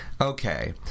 okay